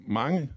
mange